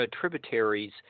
tributaries